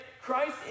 Christ